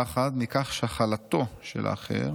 פחד מכך שהכלתו של האחר